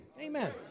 Amen